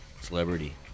celebrity